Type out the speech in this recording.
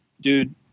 dude